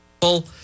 people